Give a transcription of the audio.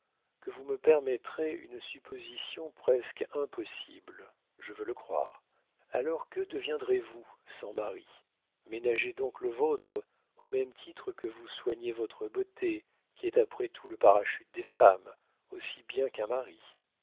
que vous me permettrez une supposition presque impossible je veux le croire alors que deviendrez-vous sans mari ménagez donc le vôtre au même titre que vous soignez votre beauté qui est après tout le parachute des femmes aussi bien qu'un mari